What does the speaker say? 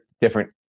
different